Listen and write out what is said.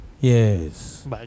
Yes